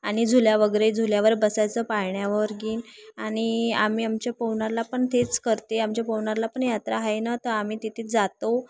आणि झुला वगैरे झुल्यावर बसायचं पाळण्यावर गीन आणि आम्ही आमच्या पवनारला पण तेच करते आमच्या पवनारला पण यात्रा आहे ना तर आम्ही तिथे जातो